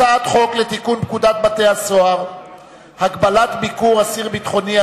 הצעת חוק לתיקון פקודת בתי-הסוהר (הגבלת ביקור אסיר ביטחוני),